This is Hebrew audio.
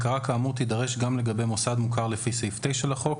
הכרה כאמור תידרש גם לגבי מוסד מוכר לפי סעיף 9 לחוק